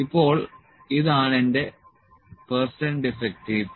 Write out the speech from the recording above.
ഇപ്പോൾ ഇത് ആണ് എന്റെ പെർസെന്റ് ഡിഫെക്ടിവ്